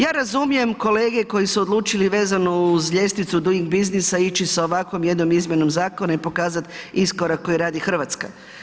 Ja razumijem kolege koji su odlučili vezano uz ljestvicu Duing biznisa ići sa ovako jednom izmjenom zakona i pokazati iskorak koji radi Hrvatska.